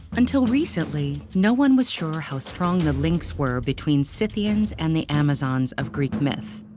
until recently, no one was sure how strong the links were between scythians and the amazons of greek myth.